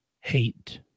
Hate